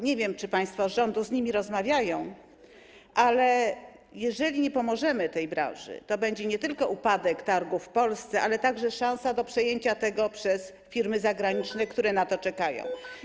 Nie wiem, czy państwo z rządu z nimi rozmawiają, ale jeżeli nie pomożemy tej branży, to będzie nie tylko upadek targów w Polsce, lecz także szansa na przejęcie ich przez firmy zagraniczne, które na to czekają.